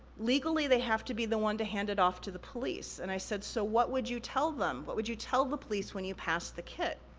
legally, they have to be the one to hand it off to the police. and i said, so, what would you tell them? what would you tell the police when you passed the kit?